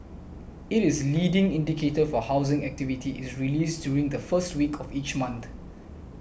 it is leading indicator for housing activity is released during the first week of each month